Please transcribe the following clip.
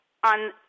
on